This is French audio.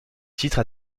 titre